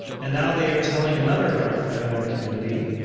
and now they are telling another heartfriend in our community